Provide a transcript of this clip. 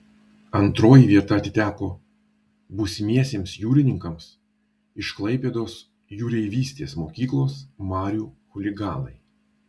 antroji vieta atiteko būsimiesiems jūrininkams iš klaipėdos jūreivystės mokyklos marių chuliganai